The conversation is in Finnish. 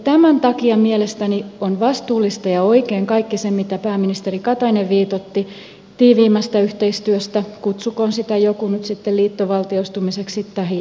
tämän takia mielestäni on vastuullista ja oikein kaikki se mitä pääministeri katainen viitoitti tiiviimmästä yhteistyöstä kutsukoon sitä joku nyt sitten liittovaltioitumiseksi tahi ei